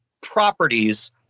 properties